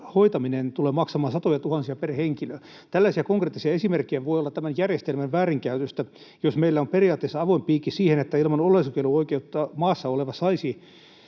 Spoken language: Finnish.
hoitaminen tulee maksamaan satojatuhansia per henkilö. Tällaisia konkreettisia esimerkkejä voi olla tämän järjestelmän väärinkäytöstä, jos meillä on periaatteessa avoin piikki siihen, että ilman oleskeluoikeutta maassa oleva saisi